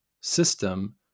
system